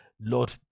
Lord